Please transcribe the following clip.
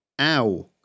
Ow